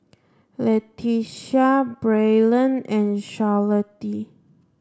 Letitia Braylen and Charlottie